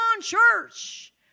church